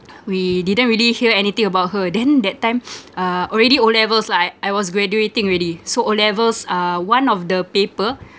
we didn't really hear anything about her then that time uh already O levels lah I I was graduating already so O levels uh one of the paper